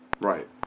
Right